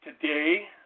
today